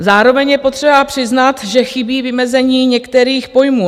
Zároveň je potřeba přiznat, že chybí vymezení některých pojmů.